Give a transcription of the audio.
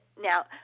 Now